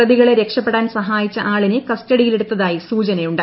പ്രതികളെ രക്ഷപ്പെടാൻ സഹായിച്ച ആളിനെ കസ്റ്റഡിയിലെടുത്തതായി സൂചനയുണ്ട്